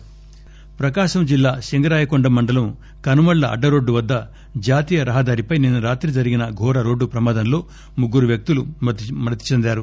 ప్రకాశం ప్రకాశం జిల్లా శింగరాయకొండ మండలం కనుమళ్ళ అడ్డరోడ్డువద్ద జాతీయరహదారిపై నిన్న రాత్రి జరిగిన ఘోర రోడ్డు ప్రమాదంలో ముగ్గురు వ్వక్తులు మ్పతి చెందారు